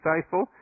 faithful